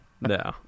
No